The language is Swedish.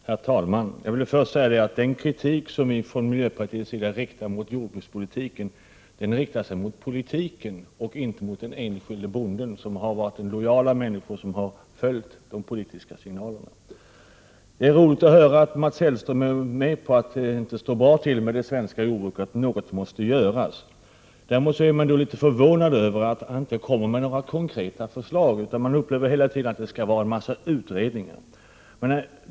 Herr talman! Jag vill först säga att den kritik som vi från miljöpartiets sida framför mot jordbrukspolitiken riktar sig mot själva politiken och inte mot den enskilde bonden, som lojalt har följt de politiska signalerna. Det är roligt att höra att Mats Hellström håller med om att det inte står bra till med det svenska jordbruket och att något måste göras. Däremot är jag litet förvånad över att han inte kommer med några konkreta förslag. Man upplever hela tiden att det skall vara en massa utredningar.